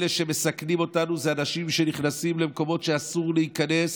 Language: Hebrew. אלה שמסכנים אותנו הם אנשים שנכנסים למקומות שאסור להיכנס